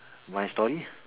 my story lah